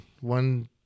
one